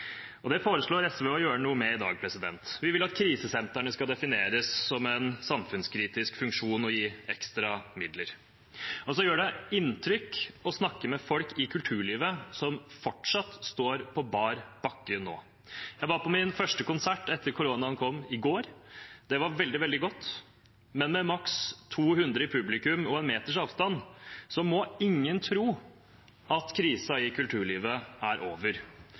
Det foreslår SV å gjøre noe med i dag. Vi vil at krisesentrene skal defineres som en samfunnskritisk funksjon, og vil gi ekstra midler. Det gjør inntrykk å snakke med folk i kulturlivet som fortsatt står på bar bakke. Jeg var på min første konsert etter at koronaen kom, i går. Det var veldig godt, men med et publikum på maks. 200 og en meters avstand må ingen tro at krisen i kulturlivet er over.